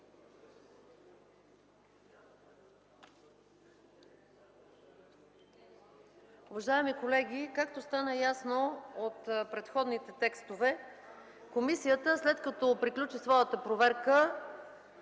Уважаеми колеги! Както стана ясно от предходните текстове, комисията след приключване на своята проверка